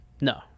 No